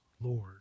Lord